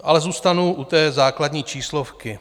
Ale zůstanu u základní číslovky.